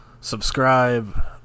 subscribe